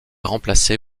remplacé